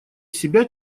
себя